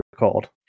record